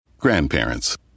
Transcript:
Grandparents